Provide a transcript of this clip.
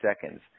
seconds